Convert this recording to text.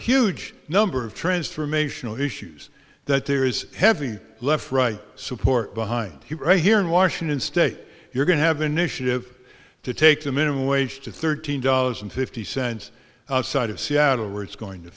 huge number of transformational issues that there is heavy left right support behind you right here in washington state you're going to have initiative to take the minimum wage to thirteen dollars and fifty cents outside of seattle where it's going to